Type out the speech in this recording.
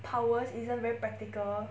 powers isn't very practical